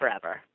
forever